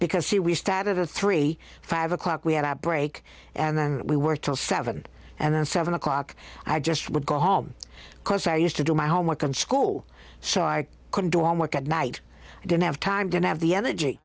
because she we stagger the thirty five o'clock we had our break and then we were till seven and then seven o'clock i just would go home because i used to do my homework in school so i couldn't do on work at night i didn't have time didn't have the energy